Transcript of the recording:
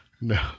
No